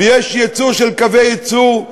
ויש ייצוא של קווי ייצור,